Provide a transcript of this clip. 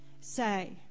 say